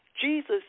Jesus